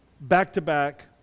back-to-back